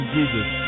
Jesus